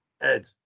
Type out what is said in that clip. Ed